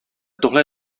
tohle